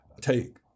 take